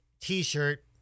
T-shirt